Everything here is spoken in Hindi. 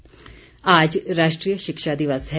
शिक्षा दिवस आज राष्ट्रीय शिक्षा दिवस है